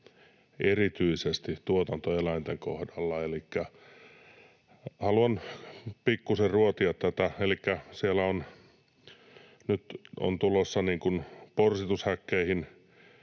erityisesti tuotantoeläinten kohdalla. Haluan pikkusen ruotia tätä. Elikkä siellä on nyt tulossa porsitushäkkeihin